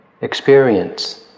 experience